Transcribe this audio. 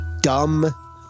dumb